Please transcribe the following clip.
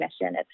mission